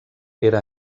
era